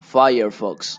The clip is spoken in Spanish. firefox